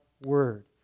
word